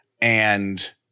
And-